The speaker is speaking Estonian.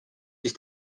siis